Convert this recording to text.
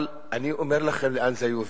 אבל אני אומר לכם לאן זה יוביל.